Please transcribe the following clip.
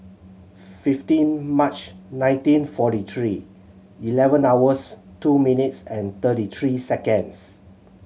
fifteen March nineteen forty three eleven hours two minutes and thirty three seconds